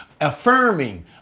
affirming